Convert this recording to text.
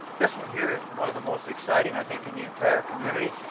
this one here is one of the most exciting, i think, in the entire community.